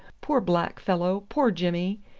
poor black fellow poor jimmy!